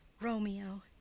Romeo